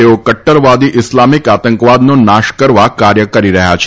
તેઓ કદ્દરવાદી ઈસ્લામીક આતંકવાદનો નાશ કરવા કાર્ય કરી રહ્યા છે